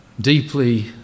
deeply